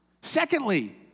Secondly